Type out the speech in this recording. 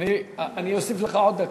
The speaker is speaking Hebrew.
אני אוסיף לך עוד דקה.